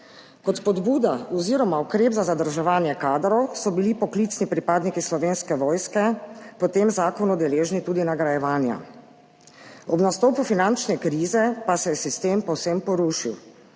Kot spodbuda oziroma ukrep za zadrževanje kadrov so bili poklicni pripadniki Slovenske vojske po tem zakonu deležni tudi nagrajevanja. Ob nastopu finančne krize pa se je sistem povsem porušil,